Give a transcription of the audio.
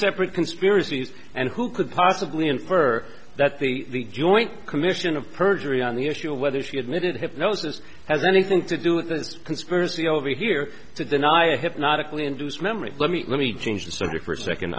separate conspiracies and who could possibly infer that the joint commission of perjury on the issue of whether she admitted hypnosis has anything to do with this conspiracy over here to deny hypnotically induced memory let me let me change the subject for a second